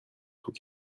tout